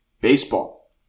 baseball